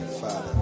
Father